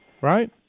right